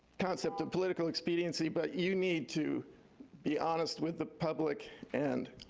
concept of political expediency, but you need to be honest with the public, and